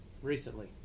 Recently